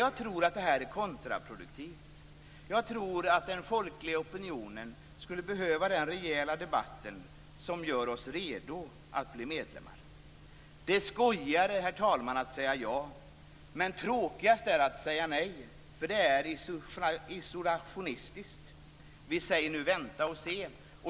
Jag tror att det är kontraproduktivt. Jag tror att den folkliga opinionen skulle behöva den rejäla debatten, som gör oss redo att bli medlemmar. Det är skojigare att säga ja, herr talman, men tråkigast är det att säga nej - det är isolationistiskt. Vi säger nu vänta och se.